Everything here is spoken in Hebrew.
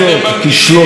הכלכלי.